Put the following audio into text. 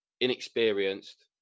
inexperienced